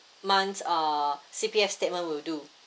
months uh C_P_F statement will do